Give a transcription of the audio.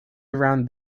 around